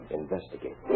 investigate